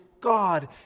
God